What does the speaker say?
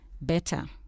better